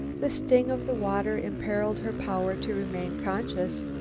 the sting of the water imperiled her power to remain conscious.